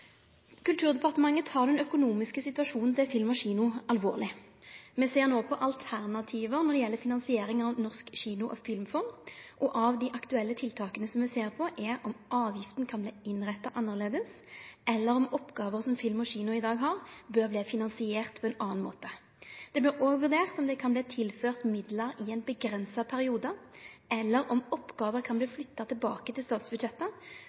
ser no på alternativ når det gjeld finansiering av Norsk kino- og filmfond. Av dei aktuelle tiltaka me ser på, er om avgifta kan verte innretta annleis, eller om oppgåver som Film & Kino i dag har, bør verte finansierte på ein annan måte. Det vert òg vurdert om det kan verte tilført midlar i ein avgrensa periode, eller om oppgåver kan verte flytta tilbake til statsbudsjettet,